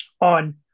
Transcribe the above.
on